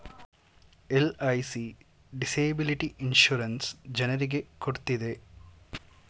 LIC disability insurance ಜನರಿಗೆ ಕೊಡ್ತಿದೆ